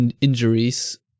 injuries